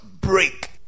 Break